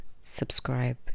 subscribe